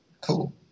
Cool